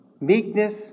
meekness